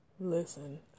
Listen